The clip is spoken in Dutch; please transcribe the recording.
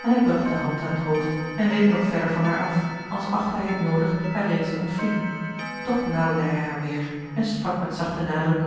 en hij bracht de hand aan het hoofd en week nog verder van haar af als achtte hij het noodig haar reeda te ontvlieden toch naderde hij haar weêr en sprak met zachten nadruk